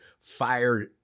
fire